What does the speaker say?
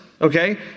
Okay